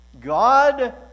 God